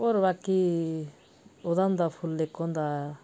होर बाकी ओह्दा होंदा फुल्ल इक होंदा